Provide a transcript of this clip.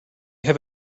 have